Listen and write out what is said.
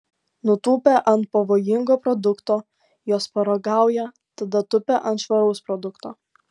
nutūpę ant pavojingo produkto jos paragauja tada tupia ant švaraus produkto